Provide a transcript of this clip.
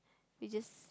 we just